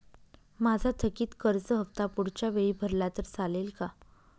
माझा थकीत कर्ज हफ्ता पुढच्या वेळी भरला तर चालेल का?